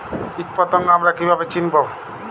কীটপতঙ্গ আমরা কীভাবে চিনব?